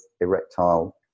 erectile